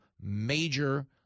major